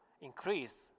increase